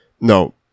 No